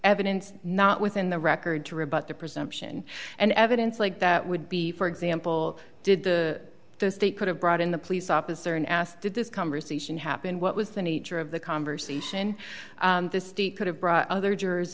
evidence not within the record to rebut the presumption and evidence like that would be for example did the state could have brought in the police officer and asked did this conversation happen what was the nature of the conversation the state could have brought other jurors